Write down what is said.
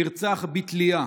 נרצח בתלייה